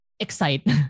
excite